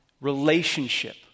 relationship